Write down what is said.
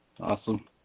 Awesome